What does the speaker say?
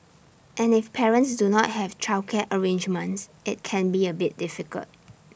and if parents do not have childcare arrangements IT can be A bit difficult